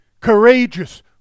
Courageous